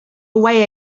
away